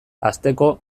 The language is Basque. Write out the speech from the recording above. hasteko